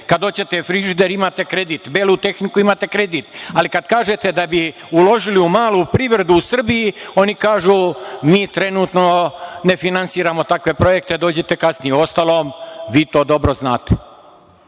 kad hoćete frižider, imate kredit, belu tehniku, imate kredit. Ali, kad kažete da bi uložili u malu privredu u Srbiji, oni kažu - mi trenutno ne finansiramo takve projekte, dođite kasnije. Uostalom, vi to dobro znate,